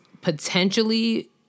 potentially